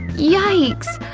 yikes!